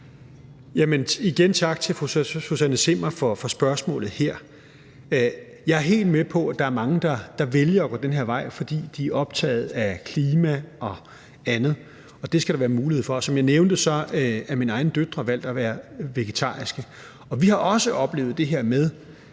tak til fru Susanne Zimmer for spørgsmålet her. Jeg er helt med på, at der er mange, der vælger at gå den her vej, fordi de er optaget af klima og andet, og det skal der være mulighed for. Som jeg nævnte, har mine egne døtre valgt at være vegetarer, og vi har også oplevet det her med,